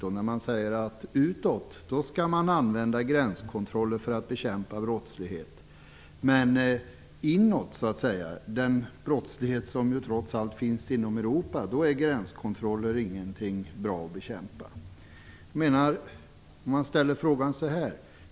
Det sägs ju att utåt skall man använda gränskontroller för att bekämpa brottslighet, men inåt - när det gäller den brottslighet som trots allt finns inom Europa - är gränskontroller ingenting som det är bra att bekämpa.